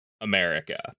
America